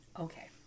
Okay